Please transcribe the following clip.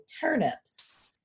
turnips